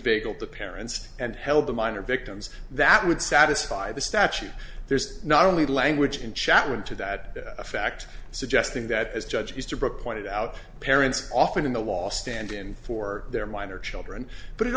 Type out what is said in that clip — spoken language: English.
invaded the parents and held the minor victims that would satisfy the statute there's not only language in chatman to that fact suggesting that as judge easterbrook pointed out parents often in the last stand in for their minor children but it